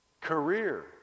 career